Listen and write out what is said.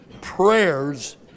prayers